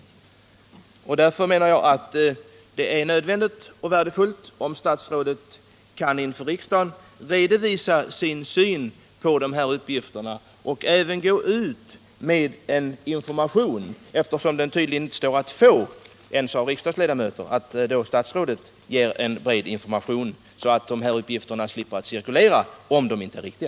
Därför anser jag att det är nödvändigt och värdefullt om statsrådet inför riksdagen kan redovisa sin syn på dessa uppgifter och även gå ut med en information, eftersom sådan inte står att få ens för riksdagsledamöter. Det vore därför bra om statsrådet gav en bred information, så att dessa uppgifter slipper cirkulera, om de inte är riktiga.